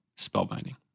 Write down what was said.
Spellbinding